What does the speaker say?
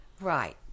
Right